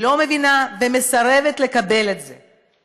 אני לא מבינה, ומסרבת לקבל את זה.